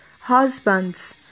Husbands